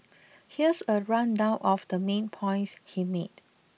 here's a rundown of the main points he made